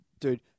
Dude